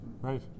Right